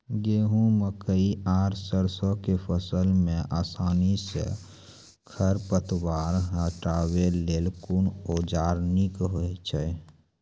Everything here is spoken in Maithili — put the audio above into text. गेहूँ, मकई आर सरसो के फसल मे आसानी सॅ खर पतवार हटावै लेल कून औजार नीक है छै?